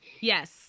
Yes